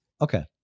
Okay